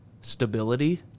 Stability